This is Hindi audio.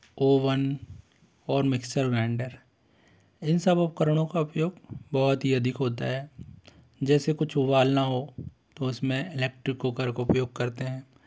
ओवन और मिक्सर ग्राइंडर इन सब उपकरणों का उपयोग बहुत ही अधिक होता है जैसे कुछ उबालना हो तो उस में इलेक्ट्रिक कूकर का उपयोग करते हैं